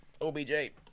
OBJ